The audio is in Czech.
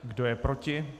Kdo je proti?